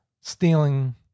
stealing